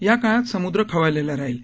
या काळात समुद्र खवळलेला राहील